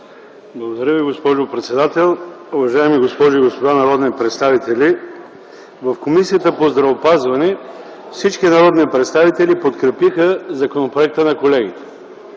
Благодаря Ви, госпожо председател. Уважаеми госпожи и господа народни представители, в Комисията по здравеопазването всички народни представители подкрепиха законопроекта на колегите,